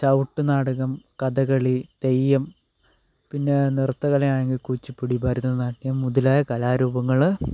ചവിട്ടു നാടകം കഥകളി തെയ്യം പിന്നെ നൃത്ത കലയാണെങ്കിൽ കുച്ചിപ്പുടി ഭരതനാട്യം മുതലായ കലാരൂപങ്ങൾ